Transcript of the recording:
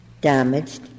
damaged